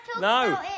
No